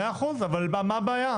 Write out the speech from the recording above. מאה אחוז, אבל מה הבעיה?